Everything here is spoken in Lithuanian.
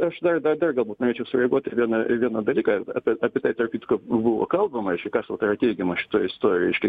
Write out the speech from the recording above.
aš dar dar dar galbūt norėčiau sureaguot į vieną į vieną dalyką apie apie tai tarp kitko buvo kalbama reiškia kas vat tai yra teigiama šitoj istorijoj reiškia